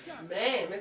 Man